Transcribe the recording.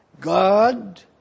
God